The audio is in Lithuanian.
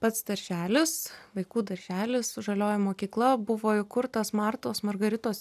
pats darželis vaikų darželis žalioji mokykla buvo įkurtas martos margaritos